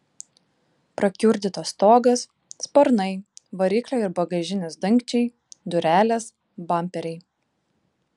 prakiurdytas stogas sparnai variklio ir bagažinės dangčiai durelės bamperiai